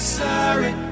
sorry